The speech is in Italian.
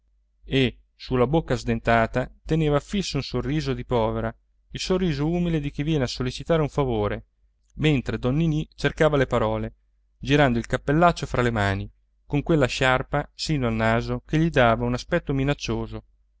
e sulla bocca sdentata teneva fisso un sorriso di povera il sorriso umile di chi viene a sollecitare un favore mentre don ninì cercava le parole girando il cappellaccio fra le mani con quella sciarpa sino al naso che gli dava un aspetto minaccioso